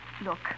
Look